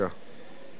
בבקשה.